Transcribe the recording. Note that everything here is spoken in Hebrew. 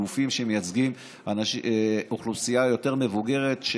מגופים שמייצגים אוכלוסייה מבוגרת יותר,